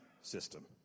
system